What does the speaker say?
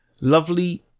lovely